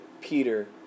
Peter